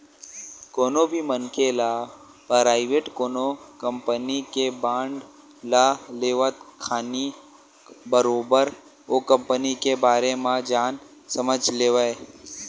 कोनो भी मनखे ल पराइवेट कोनो कंपनी के बांड ल लेवत खानी बरोबर ओ कंपनी के बारे म जान समझ लेवय